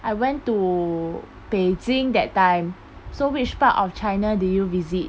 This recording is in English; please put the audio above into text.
I went to beijing that time so which part of china did you visit